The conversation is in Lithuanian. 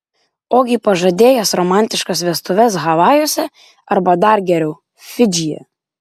ogi pažadėjęs romantiškas vestuves havajuose arba dar geriau fidžyje